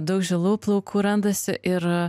daug žilų plaukų randasi ir